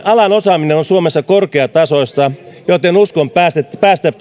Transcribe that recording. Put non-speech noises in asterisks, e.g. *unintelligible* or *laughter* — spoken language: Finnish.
*unintelligible* alan osaaminen on suomessa korkeatasoista joten uskon päästävän